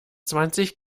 zwanzig